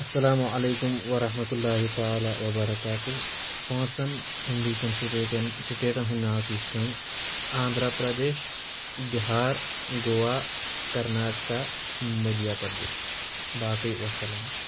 السلام علیکم ورحمَتہُ للہِ تعالٰی وبرکاتُہ پٲنٛژن انڈٕہٕکٮ۪ن سِٹیٹٮ۪ن سِٹیٹَن ہٕنٛدۍ ناو چھِ یِتھٕ کٔنۍ آنٛدھرا پردیش بِہار گووا کرناٹکا مدھیہ پردیش باقٕے وسلام